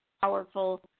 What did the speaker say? powerful